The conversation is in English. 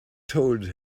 told